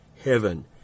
heaven